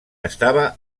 estava